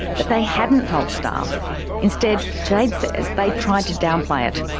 but they hadn't told staff instead, jade says they tried to downplay it.